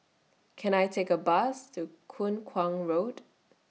Can I Take A Bus to Kuang Road